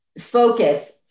focus